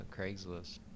Craigslist